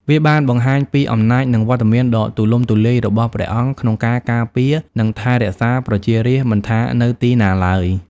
វាបានបង្ហាញពី អំណាចនិងវត្តមានដ៏ទូលំទូលាយ របស់ព្រះអង្គក្នុងការការពារនិងថែរក្សាប្រជារាស្ត្រ មិនថានៅទីណាឡើយ។